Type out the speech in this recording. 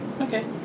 Okay